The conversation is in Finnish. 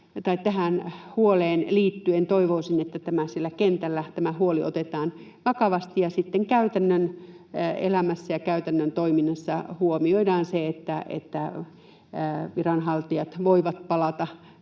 tähän huoleen liittyen toivoisin, että siellä kentällä tämä huoli otetaan vakavasti ja sitten käytännön elämässä ja käytännön toiminnassa huomioidaan se, että viranhaltijat myös voivat palata